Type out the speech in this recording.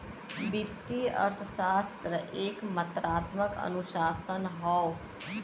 वित्तीय अर्थशास्त्र एक मात्रात्मक अनुशासन हौ